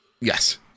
Yes